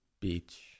Beach